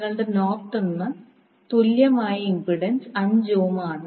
നിങ്ങളുടെ നോർട്ടണിന് തുല്യമായ ഇംപെഡൻസ് 5 ഓം ആണ്